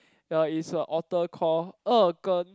ya is a author called Er-Gen